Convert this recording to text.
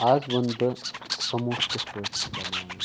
ازَ وَنہٕ بہٕ سَموسہٕ کِتھ پٲٹھ چھِ بناوان